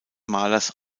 malers